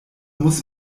muss